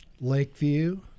Lakeview